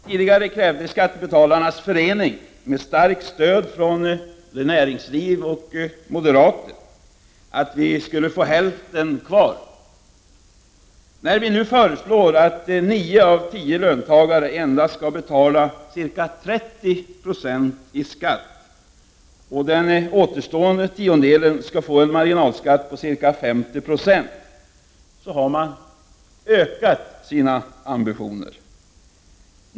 Tidigare krävde Skattebetalarnas förening, med starkt stöd från näringsliv och moderater, att vi skulle få hälften kvar. När vi nu föreslår att 9 av 10 löntagare endast skall betala ca 30 20 i skatt och den återstående tiondelen skall få en marginalskatt på ca 50 20, har man ökat sina ambitioner.